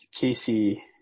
Casey